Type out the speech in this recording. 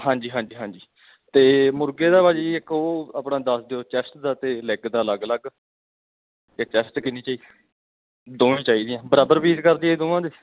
ਹਾਂਜੀ ਹਾਂਜੀ ਹਾਂਜੀ ਅਤੇ ਮੁਰਗੇ ਦਾ ਭਾਅ ਜੀ ਇੱਕ ਉਹ ਆਪਣਾ ਦੱਸ ਦਿਓ ਚੈਸਟ ਦਾ ਅਤੇ ਲੈੱਗ ਦਾ ਅਲੱਗ ਅਲੱਗ ਅਤੇ ਚੈਸਟ ਕਿੰਨੀ ਚੀ ਦੋਵੇਂ ਚਾਹੀਦੀਆਂ ਬਰਾਬਰ ਪੀਸ ਕਰ ਦਈਏ ਦੋਵਾਂ ਦੇ